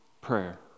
prayer